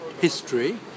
history